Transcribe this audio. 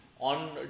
on